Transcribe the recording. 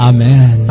Amen